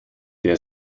der